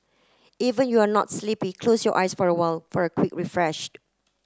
even you are not sleepy close your eyes for a while for a quick refreshed